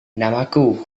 namaku